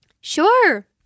Sure